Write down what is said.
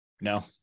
No